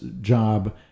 job